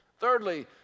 Thirdly